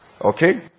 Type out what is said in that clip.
Okay